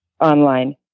online